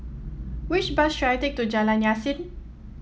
which bus should I take to Jalan Yasin